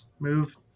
move